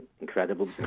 incredible